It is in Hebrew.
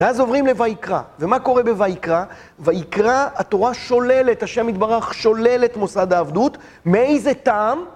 ואז עוברים לויקרא, ומה קורה בויקרא? בויקרא, התורה שוללת, השם יתברך, שוללת מוסד העבדות. מאיזה טעם?